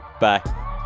Bye